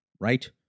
right